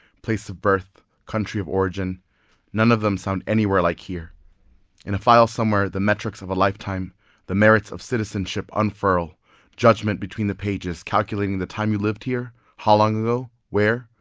place of birth, country of origin none of them sound anywhere like here in a file somewhere, the metrics of a lifetime the merits of citizenship unfurl judgement between the pages, calculating the time you lived here how long ago? where?